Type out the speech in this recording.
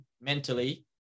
mentally